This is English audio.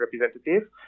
representative